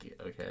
okay